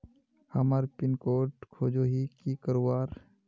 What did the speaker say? हमार pin code खोजोही की करवार?